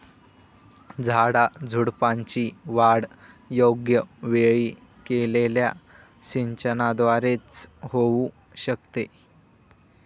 झाडाझुडपांची वाढ योग्य वेळी केलेल्या सिंचनाद्वारे च होऊ शकते